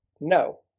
no